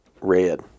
Red